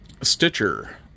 Stitcher